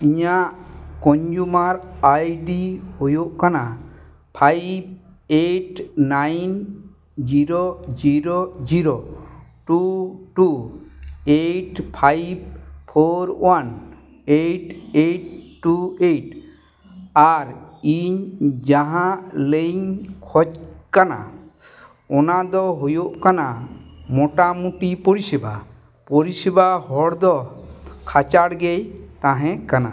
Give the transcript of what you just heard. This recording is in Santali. ᱤᱧᱟᱹᱜ ᱠᱚᱡᱩᱢᱟᱨ ᱟᱭᱰᱤ ᱦᱩᱭᱩᱜ ᱠᱟᱱᱟ five eight nine zero zero zero two two eight five four one eight eight two eight ᱟᱨ ᱤᱧ ᱡᱟᱦᱟᱸ ᱞᱤᱝᱠ ᱠᱷᱳᱡ ᱠᱟᱱᱟ ᱚᱱᱟᱫᱚ ᱦᱩᱭᱩᱜ ᱠᱟᱱᱟ ᱢᱳᱴᱟᱢᱩᱴᱤ ᱯᱚᱨᱤᱥᱮᱵᱟ ᱯᱚᱨᱤᱥᱮᱵᱟ ᱦᱚᱲ ᱫᱚ ᱠᱷᱟᱪᱟᱲ ᱜᱮᱭ ᱛᱟᱦᱮᱸ ᱠᱟᱱᱟ